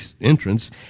entrance